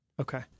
Okay